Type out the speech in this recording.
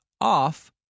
off